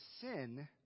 sin